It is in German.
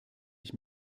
ich